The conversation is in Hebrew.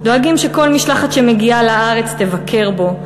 דואגים שכל משלחת שמגיעה לארץ תבקר בו,